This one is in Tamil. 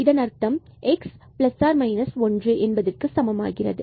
இதன் அர்த்தம் x is equal to ± 1க்கு சமமாகிறது